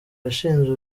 yashinze